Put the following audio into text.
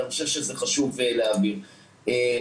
ואני חושב שחשוב להבהיר את זה.